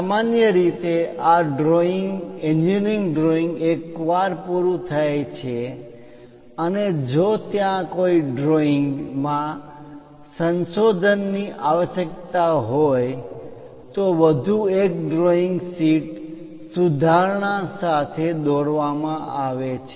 સામાન્ય રીતે આ એન્જિનિયરિંગ ડ્રોઈંગ માટે એકવાર પૂરુ થાય છે અને જો ત્યાં કોઈ ડ્રોઇંગ માં સંશોધનની સુધારણા revision આવશ્યકતા હોય તો વધુ એક ડ્રોઈંગ શીટ સુધારણા સાથે દોરવામાં આવે છે